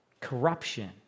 corruption